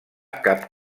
cap